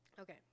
Okay